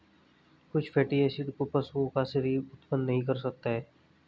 कुछ fatty acid को पशुओं का शरीर उत्पन्न नहीं कर सकता है